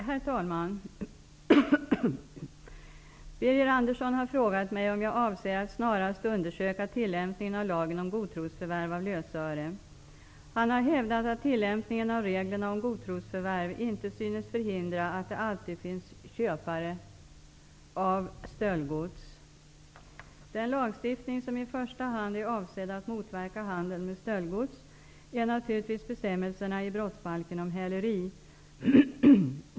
Herr talman! Birger Andersson har frågat mig om jag avser att snarast undersöka tillämpningen av lagen om godtrosförvärv av lösöre. Han har hävdat att tillämpningen av reglerna om godtrosförvärv inte synes förhindra att det alltid finns köpare av stöldgods. Den lagstiftning som i första hand är avsedd att motverka handeln med stöldgods är naturligtvis bestämmelserna i brottsbalken om häleri.